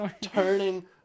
Turning